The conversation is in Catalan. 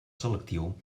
selectiu